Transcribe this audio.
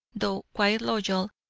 though quite loyal,